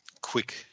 quick